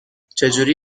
چهجوری